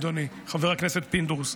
אדוני חבר הכנסת פינדרוס,